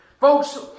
Folks